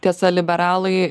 tiesa liberalai